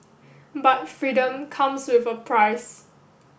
but freedom comes with a price